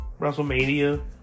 WrestleMania